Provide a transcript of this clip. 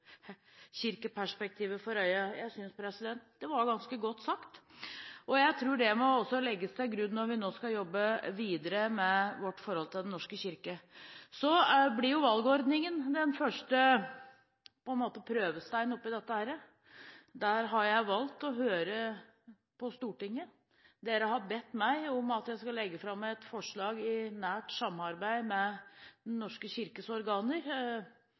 folkekirkeperspektivet for øye.» Jeg synes det var ganske godt sagt, og jeg tror det må legges til grunn når vi skal jobbe videre med vårt forhold til Den norske kirke. Valgordningen blir den første prøvesteinen på dette. Der har jeg valgt å høre på Stortinget, som har bedt meg om at vi skal legge fram et forslag i nært samarbeid med Den norske kirkes organer.